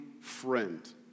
friend